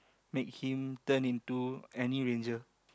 make him turn into any ranger